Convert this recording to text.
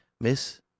miss